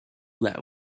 that